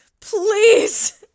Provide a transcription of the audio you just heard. Please